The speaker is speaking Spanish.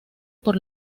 por